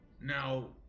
now